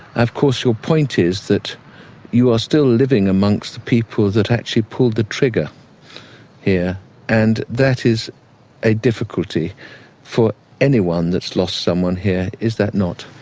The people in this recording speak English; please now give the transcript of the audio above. of course your point is that you are still living amongst the people that actually pulled the trigger here and that is a difficulty for anyone that's lost someone here, is that not?